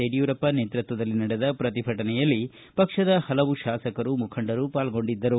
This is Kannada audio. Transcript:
ಯಡಿಯೂರಪ್ಪ ಅವರ ನೇತೃತ್ವದಲ್ಲಿ ನಡೆದ ಪ್ರತಿಭಟನೆಯಲ್ಲಿ ಪಕ್ಷದ ಹಲವು ಮಂದಿ ಶಾಸಕರು ಮುಖಂಡರು ಪಾಲ್ಗೊಂಡಿದ್ದರು